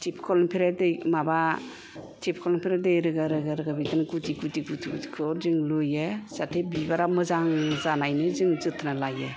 थिपकलनिफ्राय दै माबा टिपकलनिफ्राय दै रोगा रोगा रोगा बिदिनो गुदि गुदि गुदि खौ जों लुयो जाहाथे बिबारा मोजां जानायनि जों जोथोन लायो